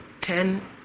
ten